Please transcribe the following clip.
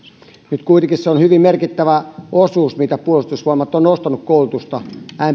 nyt kuitenkin se on hyvin merkittävä osuus mitä puolustusvoimat on ostanut koulutusta mpklta